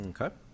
Okay